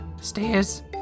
Stairs